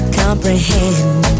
comprehend